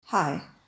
Hi